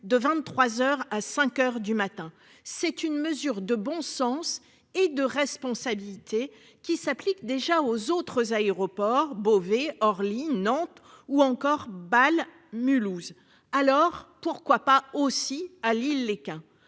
de 23h à 5h du matin. C'est une mesure de bon sens et de responsabilité qui s'applique déjà aux autres aéroports Beauvais hors ligne Nantes ou encore Bâle Mulhouse, alors pourquoi pas aussi à Lille un